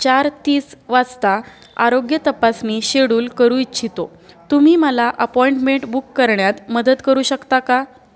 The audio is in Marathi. चार तीस वाजता आरोग्य तपासणी शेडुल करू इच्छितो तुम्ही मला अपॉइंटमेंट बुक करण्यात मदत करू शकता का